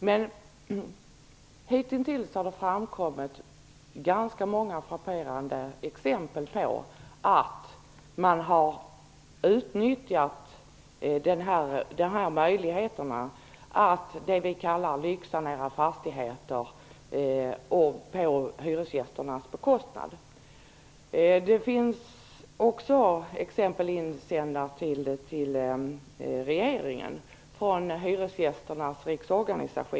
Men hittills har det framkommit ganska många frapperande exempel på att man har utnyttjat de här möjligheterna att göra det vi kallar att lyxsanera fastigheter på hyresgästernas bekostnad. Det finns också exempel på detta insända till regeringen från Hyresgästernas Riksförbund.